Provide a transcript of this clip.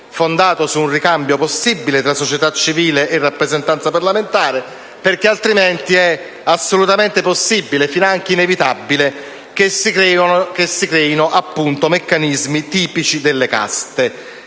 fondato su un ricambio possibile tra società civile e rappresentanza parlamentare, altrimenti è assolutamente possibile, finanche inevitabile, che si creino meccanismi tipici delle caste.